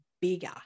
bigger